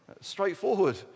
Straightforward